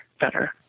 better